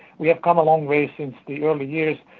we have come a long way since the early years,